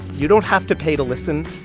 you don't have to pay to listen.